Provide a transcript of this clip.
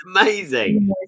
amazing